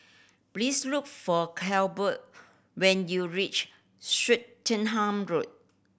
please look for Colbert when you reach Swettenham Road